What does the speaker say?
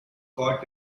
caught